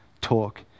talk